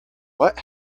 what